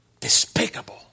Despicable